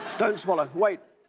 don't swallow, wait,